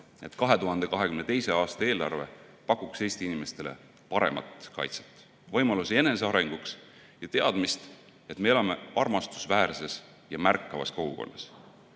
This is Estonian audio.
et 2022. aasta eelarve pakuks Eesti inimestele paremat kaitset, võimalusi enesearenguks ja teadmist, et me elame armastusväärsuses ja märkavas kogukonnas,